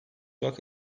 rock